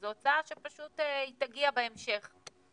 זו הוצאה שפשוט תגיע בהמשך.